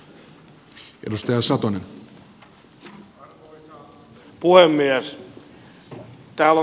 arvoisa puhemies